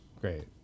great